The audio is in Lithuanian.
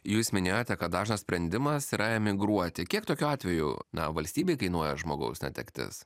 jūs minėjote kad dažnas sprendimas yra emigruoti kiek tokiu atveju na valstybei kainuoja žmogaus netektis